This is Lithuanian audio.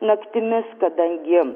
naktimis kadangi